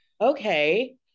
Okay